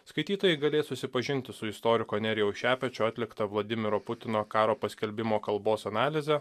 skaitytojai galės susipažinti su istoriko nerijaus šepečio atlikta vladimiro putino karo paskelbimo kalbos analize